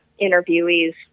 interviewees